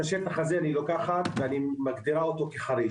את השטח הזה אני לוקחת ומגדירה אותו כחריש